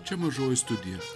čia mažoji studija